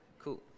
cool